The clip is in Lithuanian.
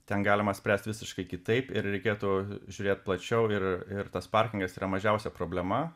ten galima spręst visiškai kitaip ir reikėtų žiūrėt plačiau ir ir tas parkingas yra mažiausia problema